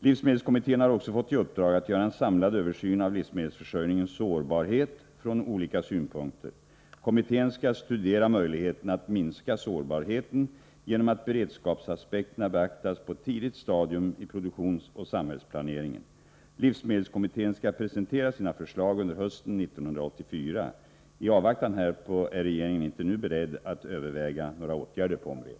Livsmedelskommittén har också fått i uppdrag att göra en samlad översyn av livsmedelsförsörjningens sårbarhet från olika synpunkter. Kommittén skall studera möjligheterna att minska sårbarheten genom att beredskapsaspekterna beaktas på ett tidigt stadium i produktionsoch samhällsplaneringen. Livsmedelskommittén skall presentera sina förslag under hösten 1984. I avvaktan härpå är regeringen inte nu beredd att överväga några åtgärder på området.